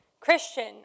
Christian